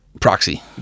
Proxy